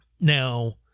now